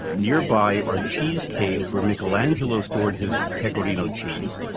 nearby are cheese caves where michelangelo stored his pecorino cheese.